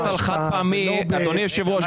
אדוני היושב-ראש,